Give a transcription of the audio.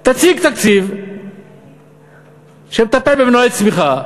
תציג תקציב שמטפל במנועי צמיחה,